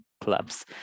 clubs